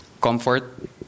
comfort